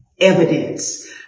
evidence